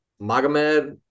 Magomed